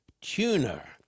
tuner